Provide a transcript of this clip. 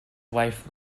wife